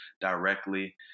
directly